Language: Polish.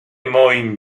moim